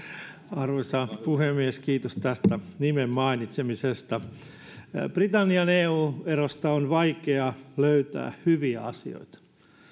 arvoisa puhemies kiitos tästä nimen mainitsemisesta britannian eu erosta on vaikea löytää hyviä asioita